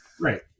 Right